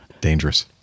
dangerous